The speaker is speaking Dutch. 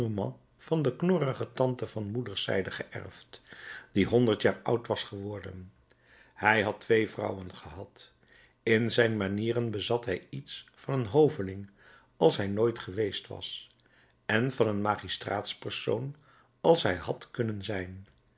van een knorrige tante van moederszijde geërfd die honderd jaar oud was geworden hij had twee vrouwen gehad in zijn manieren bezat hij iets van een hoveling als hij nooit geweest was en van een magistraatspersoon als hij had kunnen zijn